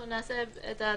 אנחנו נעשה את ההתאמות.